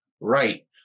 Right